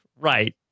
right